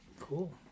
Cool